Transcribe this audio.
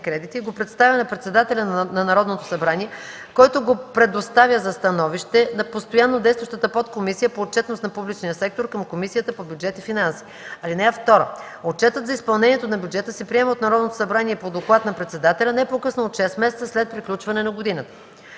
кредити и го представя на председателя на Народното събрание, който го предоставя за становище на постоянно действащата подкомисия по отчетност на публичния сектор към Комисията по бюджет и финанси. (2) Отчетът за изпълнението на бюджета се приема от Народното събрание по доклад на председателя не по-късно от 6 месеца след приключване на годината.